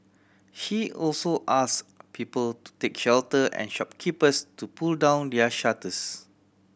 she also asked people to take shelter and shopkeepers to pull down their shutters